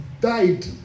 died